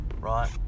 right